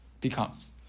becomes